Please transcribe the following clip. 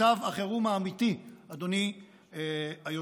מצב החירום האמיתי, אדוני היושב-ראש,